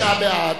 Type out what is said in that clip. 39 בעד,